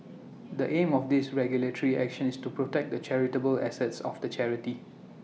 the aim of this regulatory action is to protect the charitable assets of the charity